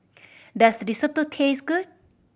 does Risotto taste good